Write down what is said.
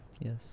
Yes